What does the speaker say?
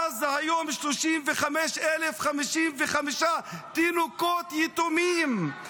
בעזה היום יש 35,055 תינוקות יתומים.